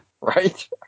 Right